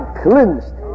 cleansed